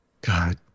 God